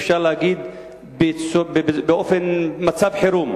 אפשר להגיד של מצב חירום,